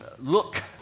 look